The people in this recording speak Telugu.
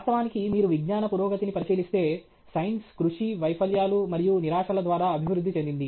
వాస్తవానికి మీరు విజ్ఞాన పురోగతిని పరిశీలిస్తే సైన్స్ కృషి వైఫల్యాలు మరియు నిరాశల ద్వారా అభివృద్ధి చెందింది